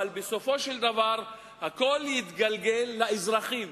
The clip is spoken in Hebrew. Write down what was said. אלא בסופו של דבר הכול יתגלגל לאזרחים,